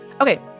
Okay